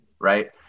right